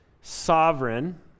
sovereign